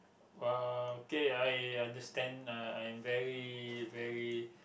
uh okay I I understand I am very very